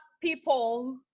people